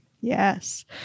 Yes